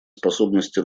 способности